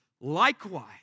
Likewise